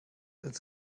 ins